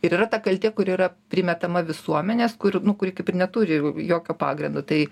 ir yra ta kaltė kuri yra primetama visuomenės kur nu kuri kaip ir neturi jokio pagrindo tai